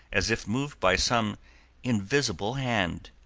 as if moved by some invisible hand.